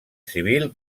civil